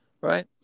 right